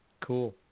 cool